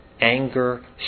anger